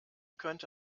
könnte